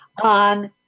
on